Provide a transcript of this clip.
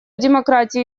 демократии